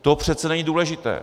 To přece není důležité.